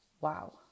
wow